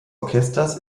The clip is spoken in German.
orchesters